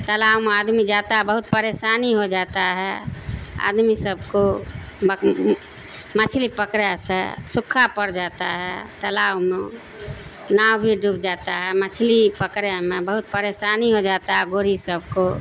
تالاب میں آدمی جاتا ہے بہت پریشانی ہو جاتا ہے آدمی سب کو مچھلی پکڑا سے سوکھا پڑ جاتا ہے تالاب میں ناؤ بھی ڈوب جاتا ہے مچھلی پکڑے میں بہت پریشانی ہو جاتا ہے گوری سب کو